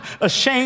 ashamed